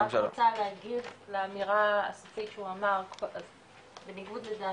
אני רק רוצה להגיב לאמירה שהוא אמר, בניגוד לדעתו,